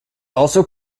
also